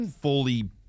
fully